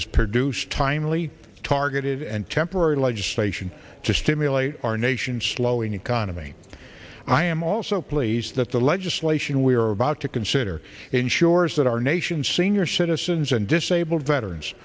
has produced timely targeted and temporary legislation to stimulate our nation's slowing economy i am also pleased that the legislation we are about to consider ensures that our nation's senior citizens and disabled veterans